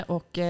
Och